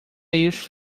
eles